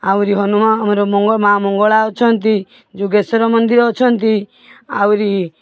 ଆଉରି ହନୁମା ଆମର ମଙ୍ଗ ମାଁ ମଙ୍ଗଳା ଅଛନ୍ତି ଯୋଗେଶ୍ବର ମନ୍ଦିର ଅଛନ୍ତି ଆଉରି